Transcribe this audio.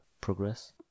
progress